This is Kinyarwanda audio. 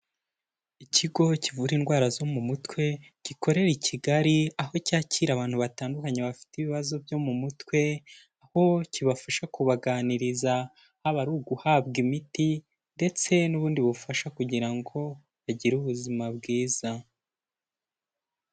Ikigo kivura indwara zo mu mutwe gikorera i Kigali, aho cyakira abantu batandukanye bafite ibibazo byo mu mutwe, aho kibafasha kubaganiriza, haba ari uguhabwa imiti ndetse n'ubundi bufasha, kugira ngo bagire ubuzima bwiza.